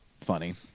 funny